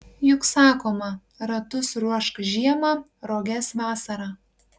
juk sakoma ratus ruošk žiemą roges vasarą